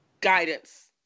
guidance